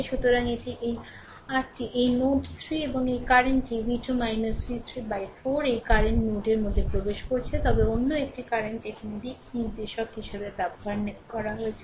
সুতরাং এটি এই rটি এই নোড 3 এবং এই কারেন্টটি V 2 V 3 বাই 4 এই কারেন্ট নোডের মধ্যে প্রবেশ করছে তবে অন্য একটি কারেন্ট এখানে দিক নির্দেশক এইভাবে নেওয়া